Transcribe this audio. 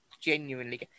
genuinely